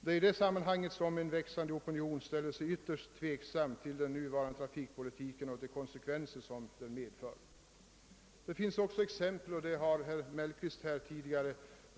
Det är i det sammanhanget som en växande opinion ställer sig ytterst tveksam till den nuvarande trafikpolitiken och de konsekvenser den medför. Det finns också exempel — herr Mellqvist har här tidigare